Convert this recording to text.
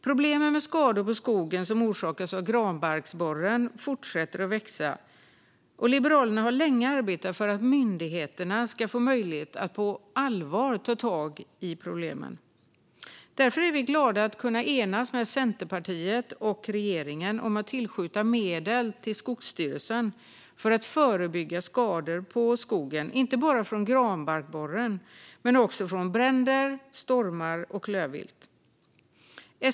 Problemen med skador på skogen som orsakas av granbarkborren fortsätter att växa. Liberalerna har länge arbetat för att myndigheterna ska få möjlighet att på allvar ta tag i problemen. Därför är vi glada över att ha enats med Centerpartiet och regeringen om att tillskjuta medel till Skogsstyrelsen för att förebygga skador på skogen, inte bara av granbarkborren utan också av bränder, stormar och klövvilt.